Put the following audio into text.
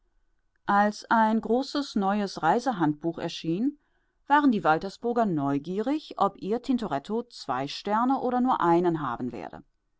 als ein großes neues reisehandbuch erschien waren die waltersburger neugierig ob ihr tintoretto zwei sterne oder nur einen haben werde